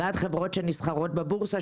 ועד חברות שנסחרות בבורסה,